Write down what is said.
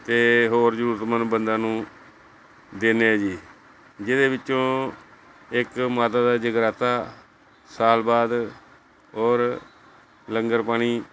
ਅਤੇ ਹੋਰ ਜ਼ਰੂਰਤਮੰਦ ਬੰਦਿਆਂ ਨੂੰ ਦਿੰਦੇ ਹਾਂ ਜੀ ਜਿਹਦੇ ਵਿੱਚੋਂ ਇੱਕ ਮਾਤਾ ਦਾ ਜਗਰਾਤਾ ਸਾਲ ਬਾਅਦ ਔਰ ਲੰਗਰ ਪਾਣੀ